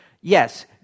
Yes